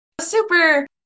super